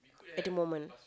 at the moment